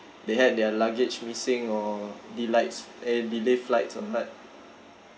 they had their luggage missing or delights eh delay flights or what